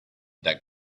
that